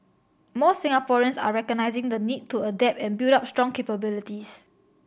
more Singaporeans are recognising the need to adapt and build up strong capabilities